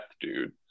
dude